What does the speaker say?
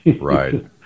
right